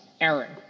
Aaron